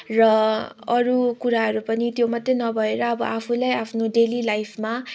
र अरू कुराहरू पनि त्यो मात्रै नभएर अब आफूलाई आफ्नो डेली लाइफमा